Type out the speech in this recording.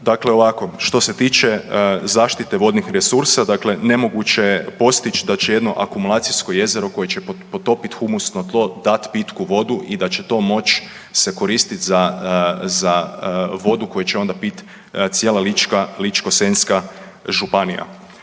Dakle ovako što se tiče zaštite vodnih resursa, dakle nemoguće je postići da će jedno akumulacijsko jezero koje će potopiti humusno tlo dati pitku vodu i da će to moći se koristit za vodu koju će onda piti cijela lička, Ličko-senjska županija.